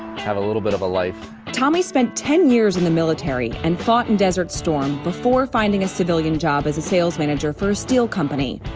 have a little bit of a life. tommy spent ten years in the military and fought in desert storm before finding a civilian job as a sales manager for a steel company.